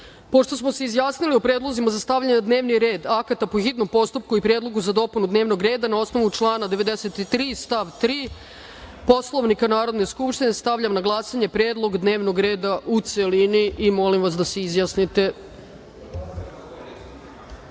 smo se izjasnili o predlozima za stavljanje na dnevni red akata po hitnom postupku i predlogu za dopunu dnevnog reda, na osnovu člana 93. stav 3. Poslovnika Narodne skupštine, stavljam na glasanje predlog dnevnog reda u celini. Molim vas da se